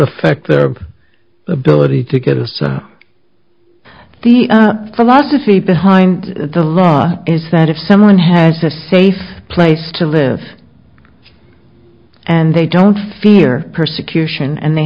affect their ability to get a sense the philosophy behind the law is that if someone has a safe place to live and they don't fear persecution and they